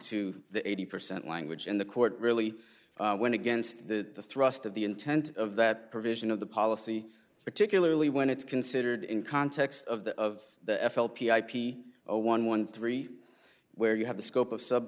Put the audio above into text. to the eighty percent language in the court really went against the thrust of the intent of that provision of the policy particularly when it's considered in context of the of the f l p ip zero one one three where you have the scope of sub